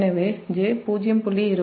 எனவே j0